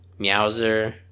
Meowser